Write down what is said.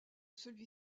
celui